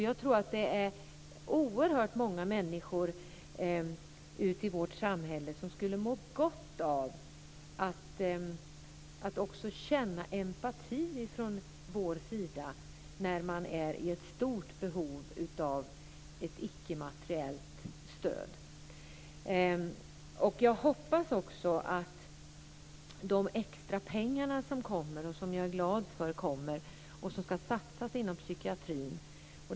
Jag tror att det är oerhört många människor i vårt samhälle som skulle må gott av att känna empati från vår sida när man är i stort behov av ett ickemateriellt stöd. Jag är glad över de extrapengar som kommer och som ska satsas inom psykiatrin.